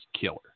killer